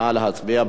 נא להצביע.